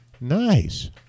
Nice